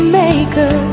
maker